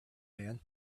man